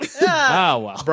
wow